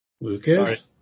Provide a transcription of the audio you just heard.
Lucas